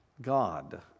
God